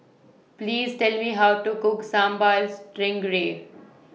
Please Tell Me How to Cook Sambal Stingray